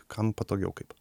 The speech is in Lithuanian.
kam patogiau kaip